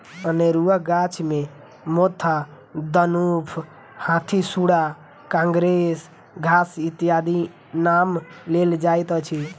अनेरूआ गाछ मे मोथा, दनुफ, हाथीसुढ़ा, काँग्रेस घास इत्यादिक नाम लेल जाइत अछि